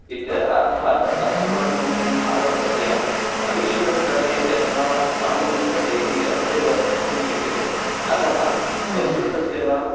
इति अर्थात् अस्माकं भारतस्य विश्वस्तरे यथा स्थानं वर्तते इति अत्रैव द्रष्टुं शक्यते अतः संस्कृतस्य वा